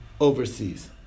overseas